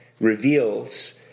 reveals